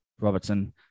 Robertson